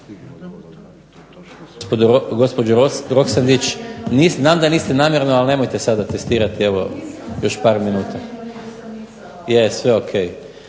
Gospođo Roksandić, znam da niste namjerno, ali nemojte sada testirati. Evo još par minuta. Je, sve o.k.